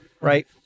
right